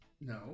No